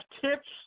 tips